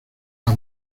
las